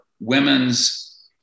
women's